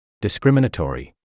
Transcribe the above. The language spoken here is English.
discriminatory